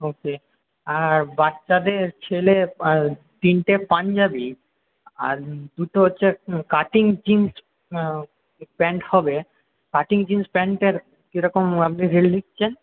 ওকে আর বাচ্চাদের ছেলে পা তিনটে পাঞ্জাবি আর দুটো হচ্ছে কাটিং জিনস প্যান্ট হবে কাটিং জিনস প্যান্টের কীরকম আপনি রেল নিচ্ছেন